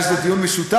מכיוון שזה דיון משותף,